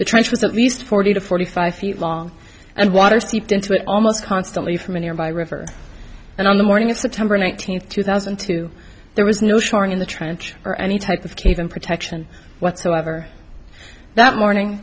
at least forty to forty five feet long and water seeped into it almost constantly from a nearby river and on the morning of september nineteenth two thousand and two there was no showing in the trench or any type of cave in protection whatsoever that morning